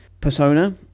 persona